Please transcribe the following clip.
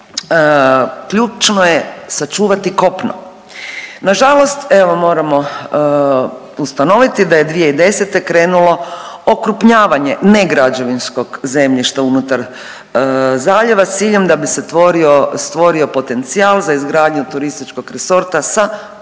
ključno je sačuvati kopno. Nažalost evo moramo ustanoviti da je 2010. krenulo okrupnjavanje ne građevinskog zemljišta unutar zaljeva s ciljem da bi se stvorio potencijal za izgradnju turističkog resorta sa 500